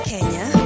Kenya